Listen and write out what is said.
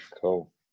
Cool